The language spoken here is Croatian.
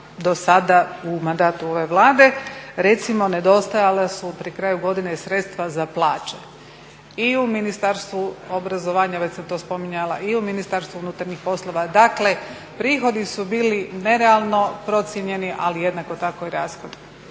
do sada u mandatu ove Vlade recimo nedostajala su pri kraju godine i sredstva za plaće i u Ministarstvu obrazovanja, već sam to spominjala, i u Ministarstvu unutarnjih poslova. Dakle, prihodi su bili nerealno procijenjeni ali jednako tako i rashodi.